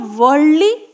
worldly